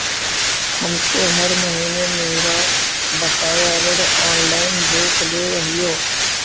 हम तो हर महीने मेरा बकाया ऋण ऑनलाइन देख लेव हियो